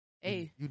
Hey